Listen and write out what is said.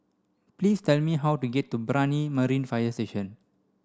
please tell me how to get to Brani Marine Fire Station